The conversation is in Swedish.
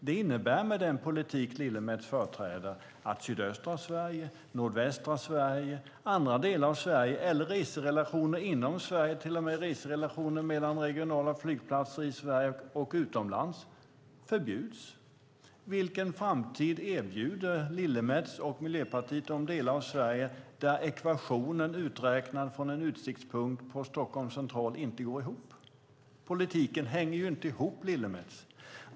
Den politik Lillemets företräder innebär ett förbud för sydöstra Sverige, nordvästra Sverige och andra delar av Sverige eller reserelationer inom Sverige och till och med reserelationer mellan regionala flygplatser i Sverige och utomlands. Vilken framtid erbjuder Lillemets och Miljöpartiet de delar av Sverige där ekvationen, räknat från en utsiktspunkt på Stockholms central, inte går ihop? Politiken hänger inte ihop, Lillemets!